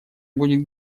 будет